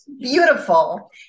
beautiful